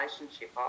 relationship